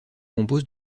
compose